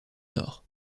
nord